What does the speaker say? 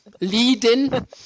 leading